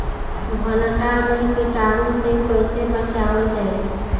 भनटा मे कीटाणु से कईसे बचावल जाई?